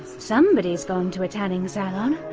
somebody's gone to a tanning salon.